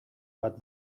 bat